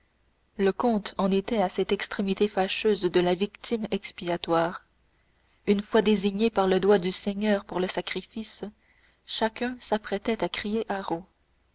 le comte en était à cette extrémité fâcheuse de la victime expiatoire une fois désignée par le doigt du seigneur pour le sacrifice chacun s'apprêtait à crier